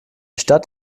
stadt